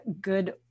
good